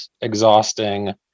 exhausting